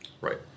Right